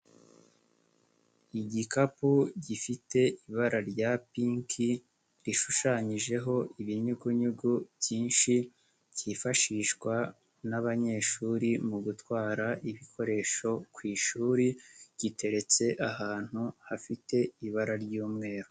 Igikapu gifite ibara rya pinki, gishushanyijeho ibinyugunyugu byinshi, kifashishwa n'abanyeshuri mu gutwara ibikoresho ku ishuri, giteretse ahantu hafite ibara ry'umweru.